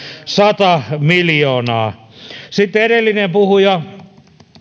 sata miljoonaa sitten edellinen puhuja